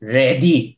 ready